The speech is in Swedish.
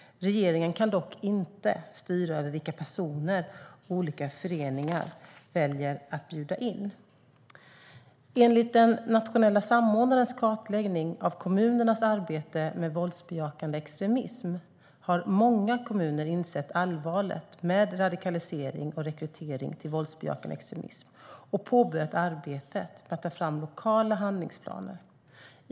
Regeringen kan dock inte styra över vilka personer olika föreningar väljer att bjuda in. Enligt den nationella samordnarens kartläggning av kommunernas arbete med våldsbejakande extremism har många kommuner insett allvaret med radikalisering och rekrytering till våldsbejakande extremism och påbörjat arbetet med att ta fram lokala handlingsplaner.